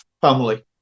family